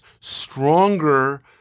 stronger